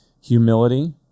Humility